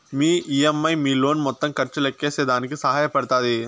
మీ EMI మీ loan మొత్తం ఖర్చు లెక్కేసేదానికి సహాయ పడతాది